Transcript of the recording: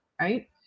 right